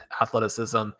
athleticism